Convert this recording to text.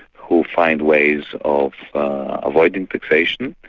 who find ways of avoiding taxation.